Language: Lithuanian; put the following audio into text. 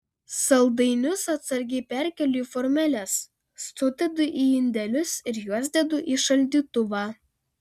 saldainius atsargiai perkeliu į formeles sudedu į indelius ir juos dedu į šaldytuvą